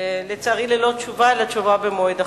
לצערי, ללא תשובה, אלא תשובה במועד אחר.